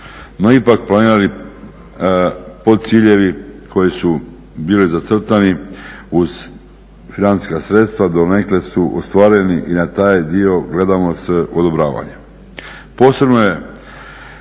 no ipak planirani podciljevi koji su bili zacrtani uz financijska sredstva donekle su ostvareni i na taj dio gledamo s odobravanjem.